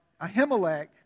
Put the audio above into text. Ahimelech